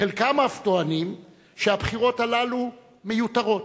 חלקם אף טוענים שהבחירות הללו מיותרות.